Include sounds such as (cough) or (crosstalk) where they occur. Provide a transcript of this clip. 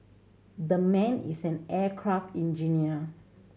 the man is an aircraft (unintelligible)